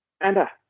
Anna